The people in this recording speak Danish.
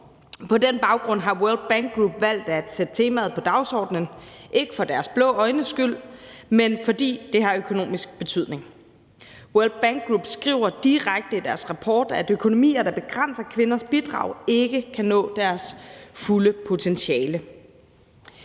På den baggrund har World Bank Group valgt at sætte temaet på dagsordenen – ikke for deres blå øjnes skyld, men fordi det har økonomisk betydning. World Bank Group skriver direkte i deres rapport, at økonomier, der begrænser kvinders bidrag, ikke kan nå deres fulde potentiale.